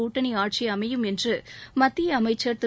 கூட்டணி ஆட்சி அமையும் என்று மத்திய அமைச்சா் திரு